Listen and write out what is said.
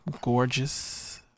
gorgeous